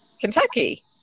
Kentucky